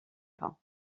pas